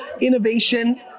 Innovation